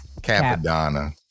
Capadonna